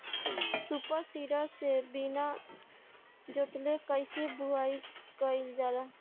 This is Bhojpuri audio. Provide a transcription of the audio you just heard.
सूपर सीडर से बीना जोतले कईसे बुआई कयिल जाला?